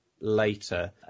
later